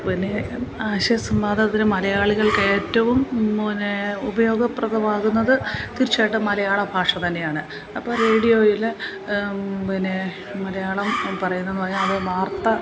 പിന്നെ ആശയസംവാദത്തിന് മലയാളികൾക്കേറ്റവും പിന്നെ ഉപയോഗപ്രദമാകുന്നത് തീർച്ചയായിട്ടും മലയാള ഭാഷ തന്നെയാണ് അപ്പോള് റേഡിയോയില് പിന്നെ മലയാളം പറയുന്നെന്നു പറഞ്ഞാല് അത് വാർത്ത